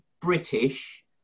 British